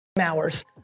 hours